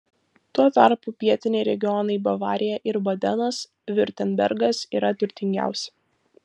tuo tarpu pietiniai regionai bavarija ir badenas viurtembergas yra turtingiausi